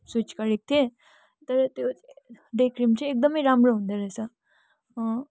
switch गरेको थिएँ तर त्यो डे क्रिम चाहिँ एकदमै राम्रो हुँदोरहेछ